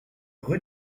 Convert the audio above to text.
rue